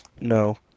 no